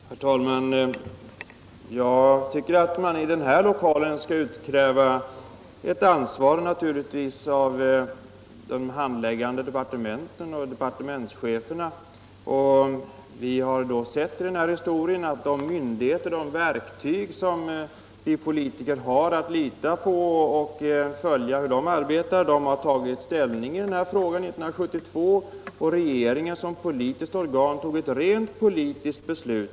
Herr talman! Jag tycker att man i den här lokalen skall utkräva ett ansvar av de handläggande departementen och departementscheferna. Vi har i den här historien sett att myndigheterna — de verktyg som vi politiker har att lita till — tagit ställning mot beslutet i denna fråga 1972. Regeringen fattade som politiskt organ ett rent politiskt beslut.